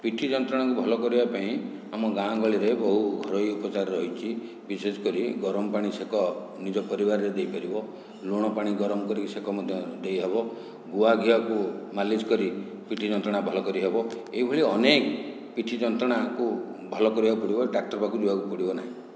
ପିଠି ଯନ୍ତ୍ରଣାକୁ ଭଲ କରିବା ପାଇଁ ଆମ ଗାଁ ଗହଳିରେ ବହୁ ଘରୋଇ ଉପଚାର ରହିଛି ବିଶେଷକରି ଗରମପାଣି ସେକ ନିଜ ପରିବାରରେ ଦେଇ ପାରିବ ଲୁଣ ପାଣି ଗରମ କରିକି ସେକ ମଧ୍ୟ ଦେଇ ହେବ ଗୁଆଘିଅକୁ ମାଲିସ କରି ପିଠି ଯନ୍ତ୍ରଣା ଭଲ କରି ହେବ ଏହିଭଳି ଅନେକ ପିଠି ଯନ୍ତ୍ରଣାକୁ ଭଲ କରିବାକୁ ପଡ଼ିବ ଡାକ୍ତର ପାଖକୁ ଯିବାକୁ ପଡ଼ିବ ନାହିଁ